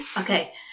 Okay